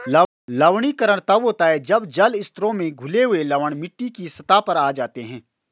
लवणीकरण तब होता है जब जल स्तरों में घुले हुए लवण मिट्टी की सतह पर आ जाते है